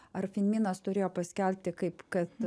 ar finminas turėjo paskelbti kaip kad